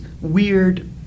weird